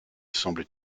semble